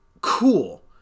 Cool